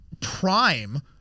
prime